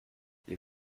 les